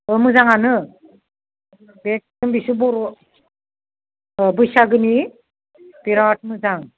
अ मोजाङानो बे खननैसो बर अ बैसागोनि बिराद मोजां